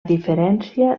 diferència